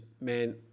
man